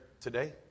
today